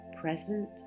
present